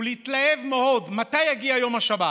ולהתלהב מאוד מתי יגיע יום השבת,